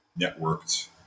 networked